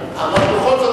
אבל בכל זאת,